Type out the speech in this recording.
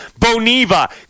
Boniva